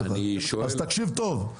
אז תקשיב טוב,